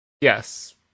Yes